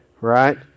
right